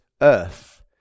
earth